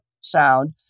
sound